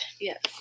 Yes